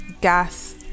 Gas